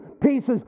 pieces